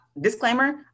disclaimer